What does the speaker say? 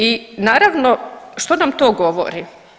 I naravno što nam to govori?